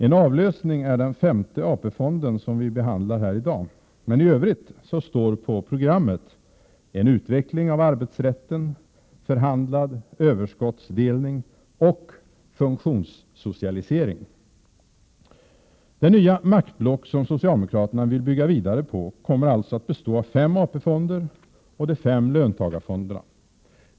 En avlösning är den femte AP-fonden, som vi behandlar här i dag, men i övrigt står på programmet en utveckling av arbetsrätten, förhandlad överskottsdelning och funktionssocialisering. Det nya maktblock som socialdemokraterna vill bygga vidare på kommer alltså att bestå av fem AP-fonder och de fem löntagarfonderna.